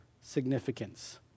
significance